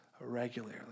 regularly